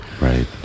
Right